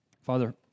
Father